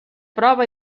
prova